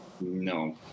No